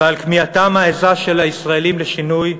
ועל כמיהתם העזה של הישראלים לשינוי,